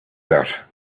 that